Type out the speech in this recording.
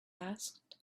asked